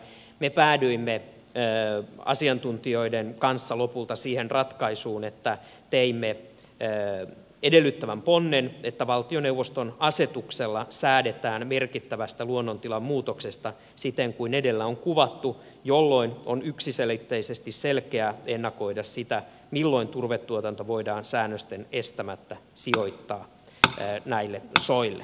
me päädyimme asiantuntijoiden kanssa lopulta siihen ratkaisuun että teimme edellyttävän ponnen että valtioneuvoston asetuksella säädetään merkittävästä luonnontilan muutoksesta siten kuin edellä on kuvattu jolloin on yksiselitteisesti selkeää ennakoida sitä milloin turvetuotanto voidaan säännösten estämättä sijoittaa näille soille